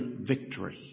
victory